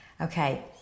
Okay